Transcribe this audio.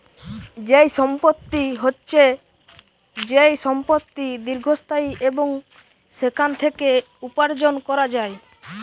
যেই সম্পত্তি হচ্ছে যেই সম্পত্তি দীর্ঘস্থায়ী এবং সেখান থেকে উপার্জন করা যায়